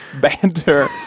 banter